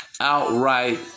outright